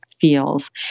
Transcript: feels